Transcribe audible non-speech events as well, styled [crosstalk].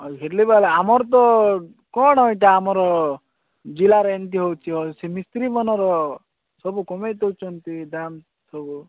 [unintelligible] ଆମର ତ କ'ଣ ଏଇଟା ଆମର ଜିଲ୍ଲାର ଏମିତି ହେଉଛି ସେ ମିସ୍ତ୍ରୀ ମାନର ସବୁ କମେଇ ଦେଉଛନ୍ତି ଦାମ ସବୁ